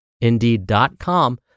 indeed.com